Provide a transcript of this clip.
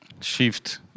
shift